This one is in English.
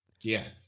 yes